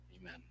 amen